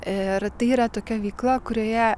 ir tai yra tokia veikla kurioje